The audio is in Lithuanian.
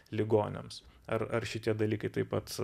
ligoniams ar ar šitie dalykai taip pat